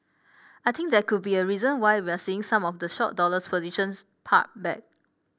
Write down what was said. I think that could be a reason why we're seeing some of the short dollar positions pared back